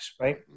right